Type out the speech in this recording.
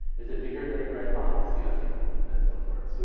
is it bigger than a bread box? yes or no. and so forth. so